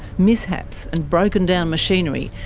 mishaps, and broken down machinery,